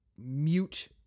mute